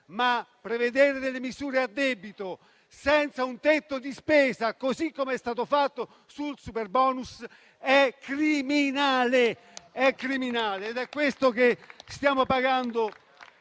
Ma prevedere delle misure a debito senza un tetto di spesa, così come è stato fatto con il superbonus, è criminale. È questo che stiamo pagando